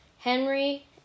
Henry